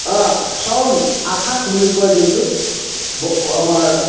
অঁ আকাশ বুলি কয় যোনটোক আমাৰ